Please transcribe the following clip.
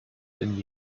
denn